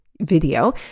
video